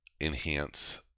Enhance